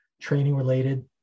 training-related